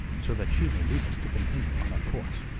so that she may leave us to continue on our course.